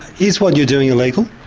is what you're doing illegal?